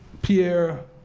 pierre